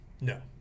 No